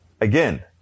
Again